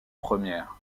premières